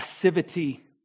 passivity